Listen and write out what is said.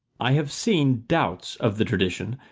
i have seen doubts of the tradition,